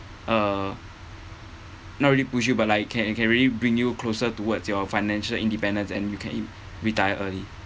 uh not really push you but like can can really bring you closer towards your financial independence and you can aim retire early